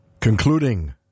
Concluding